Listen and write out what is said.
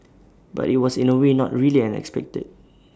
but IT was in A way not really unexpected